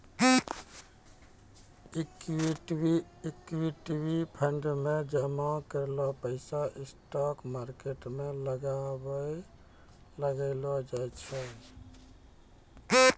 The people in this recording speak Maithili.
इक्विटी फंड मे जामा कैलो पैसा स्टॉक मार्केट मे लगैलो जाय छै